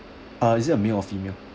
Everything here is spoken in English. ah is it a male or female